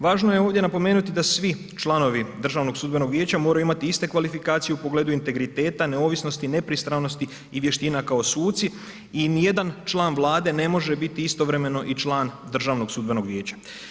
Važno je ovdje napomenuti da svi članovi Državnog sudbenog vijeća moraju imati iste kvalifikacije u pogledu integriteta, neovisnosti, nepristranosti i vještina kao suci i ni jedan član Vlade ne može biti istovremeno i član Državnog sudbenog vijeća.